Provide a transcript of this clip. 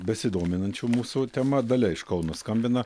besidominančių mūsų tema dalia iš kauno skambina